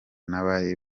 n’abari